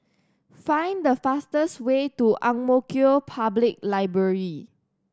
find the fastest way to Ang Mo Kio Public Library